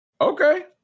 Okay